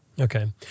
Okay